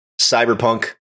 cyberpunk